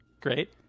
Great